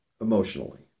emotionally